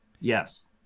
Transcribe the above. Yes